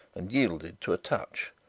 and yielded to a touch.